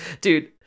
Dude